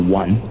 one